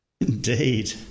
Indeed